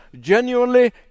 genuinely